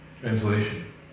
Translation